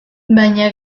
baina